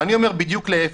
אני אומר בדיוק להיפך: